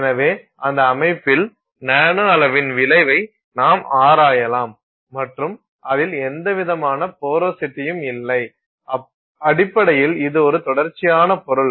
எனவே அந்த அமைப்பில் நானோ அளவின் விளைவை நாம் ஆராயலாம் மற்றும் அதில் எந்தவிதமான போரோசிட்டியும் இல்லை அடிப்படையில் இது ஒரு தொடர்ச்சியான பொருள்